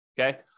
okay